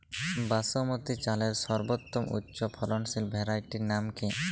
বাসমতী চালের সর্বোত্তম উচ্চ ফলনশীল ভ্যারাইটির নাম কি?